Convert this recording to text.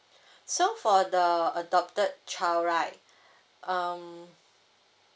so for the adopted child right um